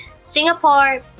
Singapore